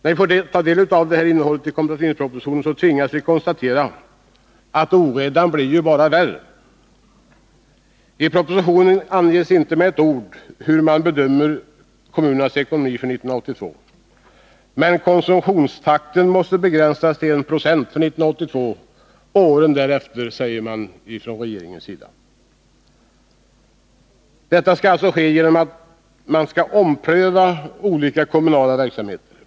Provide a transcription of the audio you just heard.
När vi nu fått ta del av innehållet i kompletteringspropositionen tvingas vi konstatera att oredan blir än värre. I propositionen anges inte med ett ord hur man bedömer kommunernas ekonomi för år 1982, men konsumtionstakten måste begränsas till 1 96 för 1982 och för åren därefter, säger man från regeringens sida. Detta skall ske genom att man omprövar olika kommunala verksamheter.